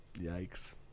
Yikes